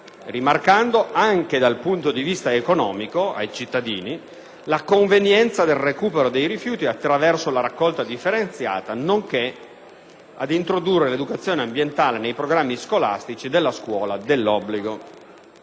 cittadini, anche dal punto di vista economico, la convenienza del recupero dei rifiuti attraverso la raccolta differenziata nonché ad introdurre l'educazione ambientale nei programmi scolastici della scuola dell'obbligo.